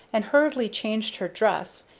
and hurriedly changed her dress,